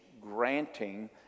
granting